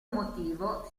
motivo